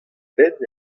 benn